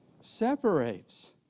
separates